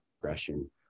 progression